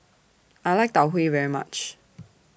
I like Tau Huay very much